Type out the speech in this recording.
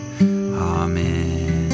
Amen